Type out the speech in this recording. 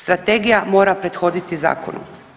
Strategija mora prethoditi zakonu.